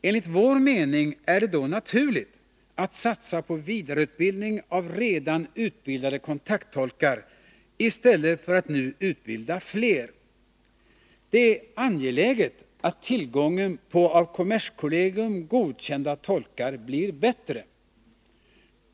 Enligt vår mening är det då naturligt att satsa på vidareutbildning av redan utbildade kontakttolkar i stället för att nu utbilda fler. Det är angeläget att tillgången på av kommerskollegium godkända tolkar blir bättre.